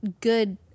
good